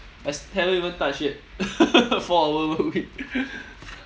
I s~ haven't even touch yet four hour a week